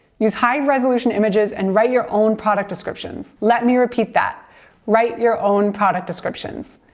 use high-resolution images and write your own product descriptions. let me repeat that write your own product descriptions!